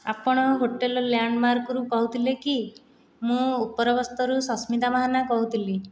ଆପଣ hotel landmark ରୁ କହୁଥିଲେ କି ମୁଁ ଉପର ବସ୍ତରୁ ସସ୍ମିତା ମହାଣା କହୁଥିଲି